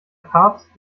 papst